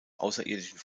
außerirdischen